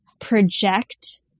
project